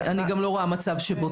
אני גם לא רואה מצב שבו